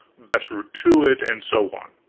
best route to it, and so on.